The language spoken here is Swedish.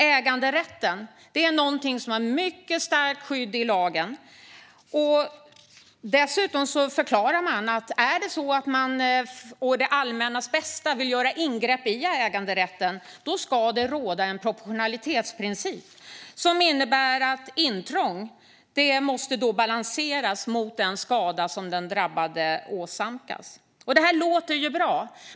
Äganderätten har alltså ett mycket starkt skydd i lagen. Det förklaras också att det, om man för det allmännas bästa vill göra ingrepp i äganderätten, ska råda en proportionalitetsprincip, som innebär att intrång måste balanseras mot den skada som den drabbade åsamkas. Detta låter ju bra.